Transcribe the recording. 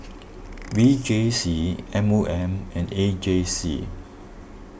V J C M O M and A J C